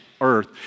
earth